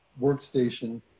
workstation